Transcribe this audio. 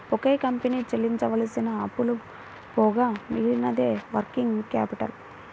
ఒక కంపెనీ చెల్లించవలసిన అప్పులు పోగా మిగిలినదే వర్కింగ్ క్యాపిటల్